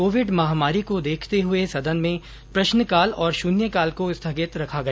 Covid महामारी को देखते हुए सदन में प्रश्नकाल और शून्यकाल को स्थगित रखा गया